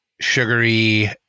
sugary